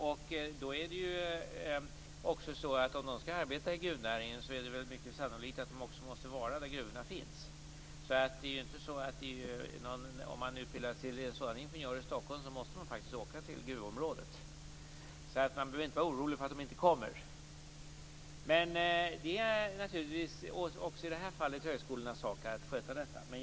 Om de skall arbeta i gruvnäringen är det sannolikt att de måste befinna sig där gruvorna finns. Även om det utbildas sådana ingenjörer i Stockholm, måste de faktiskt åka till gruvområdet. Man behöver inte vara orolig för att de inte skulle komma till gruvorna. Även i detta fall är det högskolornas sak att sköta frågan.